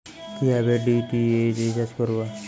কিভাবে DTH recharge করব?